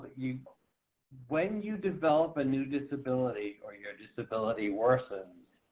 you when you develop a new disability, or your disability worsens,